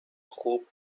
خوب